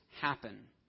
happen